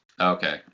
Okay